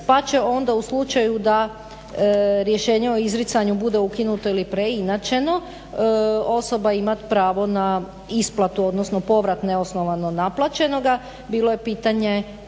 pa će onda u slučaju da rješenje o izricanju bude ukinuto ili preinačeno osoba imati pravo na isplatu odnosno povrat neosnovano naplaćenoga. Bilo je pitanje